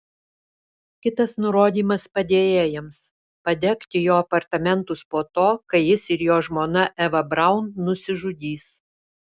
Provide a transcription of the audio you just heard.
kitas nurodymas padėjėjams padegti jo apartamentus po to kai jis ir jo žmona eva braun nusižudys